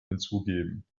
hinzugeben